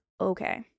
okay